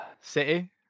City